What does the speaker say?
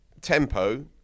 tempo